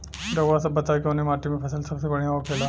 रउआ सभ बताई कवने माटी में फसले सबसे बढ़ियां होखेला?